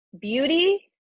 beauty